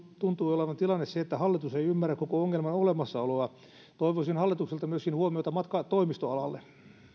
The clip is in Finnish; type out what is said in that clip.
tuntui olevan se että hallitus ei ymmärrä koko ongelman olemassaoloa toivoisin hallitukselta huomiota myöskin matkatoimistoalalle